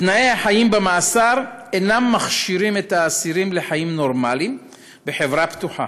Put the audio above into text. תנאי החיים במאסר אינם מכשירים את האסירים לחיים נורמליים בחברה פתוחה.